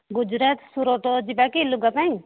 ଗୁଜୁରାଟ ସୁରଟ ଯିବା କି ଲୁଗା ପାଇଁ